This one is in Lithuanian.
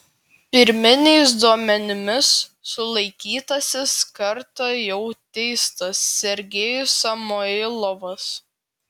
pirminiais duomenimis sulaikytasis kartą jau teistas sergejus samoilovas